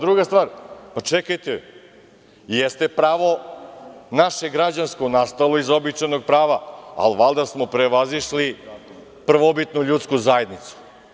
Druga stvar, čekajte, jeste pravo naše građansko nastalo iz običajnog prava, ali valjda smo prevazišli prvobitnu ljudsku zajednicu.